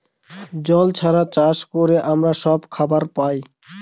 জল ছাড়া চাষ করে আমরা সব খাবার পায়